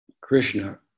Krishna